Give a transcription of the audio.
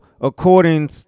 according